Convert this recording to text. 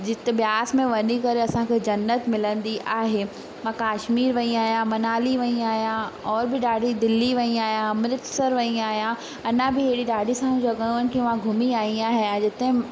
जिते ब्यास में वञी करे असांखे जन्नत मिलंदी आहे मां कश्मीर वई आहियां मनाली वई आहियां और बि ॾाढी दिल्ली वई आहियां अमृतसर वई आहियां अञा बि ही ॾाढी सारियूं जॻहियुनि खे मां घुमी आई आहियां अॼु ताईं